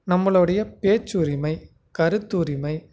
நம்மளுடைய பேச்சுரிமை கருத்துரிமை